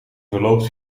verloopt